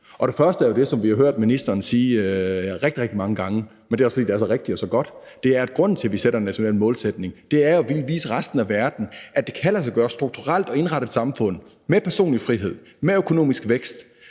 Det første er jo det, som vi har hørt ministeren sige rigtig, rigtig mange gange – men det er også, fordi det er så rigtigt og så godt – at grunden til, at vi sætter en national målsætning, er, at vi vil vise resten af verden, at det kan lade sig gøre strukturelt at indrette et samfund med personlig frihed og med økonomisk vækst,